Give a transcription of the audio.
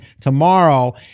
tomorrow